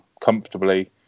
comfortably